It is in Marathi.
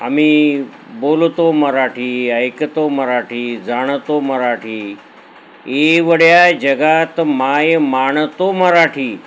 आम्ही बोलतो मराठी ऐकतो मराठी जाणतो मराठी एवढ्या जगात माय मानतो मराठी